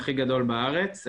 הכי גדול בארץ.